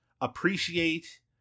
appreciate